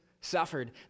suffered